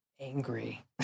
angry